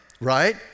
right